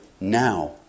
now